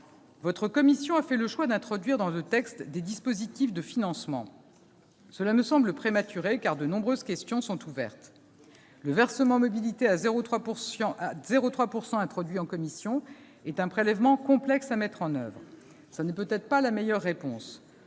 Votre commission a fait le choix d'introduire dans ce texte des dispositifs de financement. Cela me semble prématuré, car de nombreuses questions sont ouvertes. Le versement mobilité à 0,3 %, introduit en commission, est un prélèvement complexe à mettre en oeuvre ; ce n'est peut-être pas la meilleure réponse.